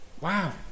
Wow